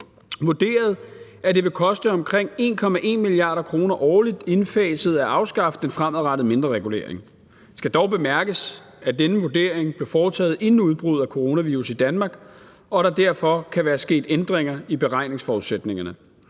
vurderet, at det indfaset vil koste omkring 1,1 mia. kr. årligt at afskaffe den fremadrettede mindreregulering. Det skal dog bemærkes, at denne vurdering blev foretaget inden udbruddet af coronavirus i Danmark, og at der derfor kan være sket ændringer i beregningsforudsætningerne.